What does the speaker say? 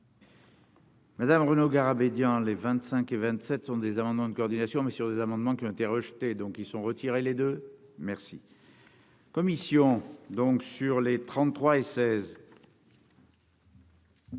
Madame Renoux Garabédian, les 25 et 27 sont des amendements de coordination mais sur des amendements qui ont été rejetés, donc ils sont retirés les 2 merci. Commission donc sur les 33 F 16.